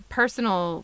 personal